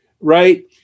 right